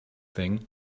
thing